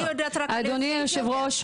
אני רוצה להגיד עוד משהו לגבי משרד הפנים,